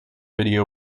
video